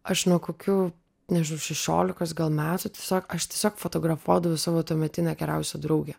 aš nuo kokių nežinau šešiolikos gal metų tiesiog aš tiesiog fotografuodavau savo tuometinę geriausią draugę